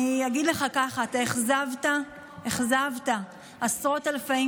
אני אגיד לך ככה: אתה אכזבת עשרות אלפי,